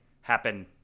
happen